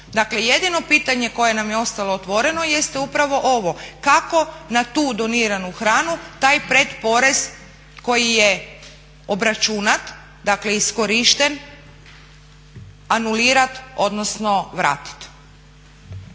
jedino pitanje koje nam je ostalo otvoreno jeste upravo ovo kako na tu doniranu hranu taj pred porez koji je obračunat, dakle iskorišten anulirati odnosno vratiti.